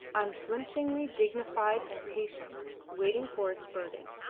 unflinchingly dignified and patient, waiting for its burden.